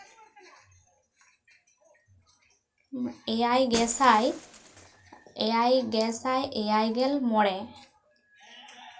ᱮᱭᱟᱭ ᱜᱮᱥᱟᱭ ᱮᱭᱟᱭ ᱜᱮᱥᱟᱭ ᱮᱭᱟᱭ ᱜᱮᱞ ᱢᱚᱬᱮ